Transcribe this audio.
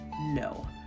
no